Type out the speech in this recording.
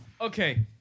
Okay